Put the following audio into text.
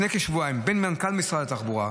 בדיון שנערך לפני כשבועיים בין מנכ"ל משרד התחבורה,